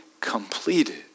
completed